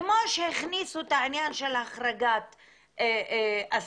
כמו שהכניסו את העניין של החרגת אסירים